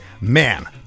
man